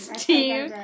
Steve